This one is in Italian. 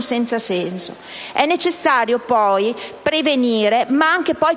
senza senso. È necessario, poi, oltre a prevenire,